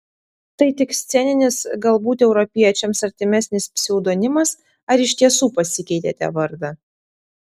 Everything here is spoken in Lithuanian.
tai tik sceninis galbūt europiečiams artimesnis pseudonimas ar iš tiesų pasikeitėte vardą